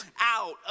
out